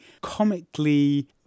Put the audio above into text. comically